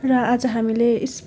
र आज हामीले इस्